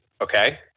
Okay